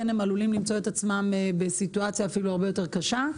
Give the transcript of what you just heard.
הם עלולים למצוא את עצמם בסיטואציה אפילו הרבה יותר קשה.